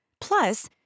Plus